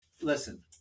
Listen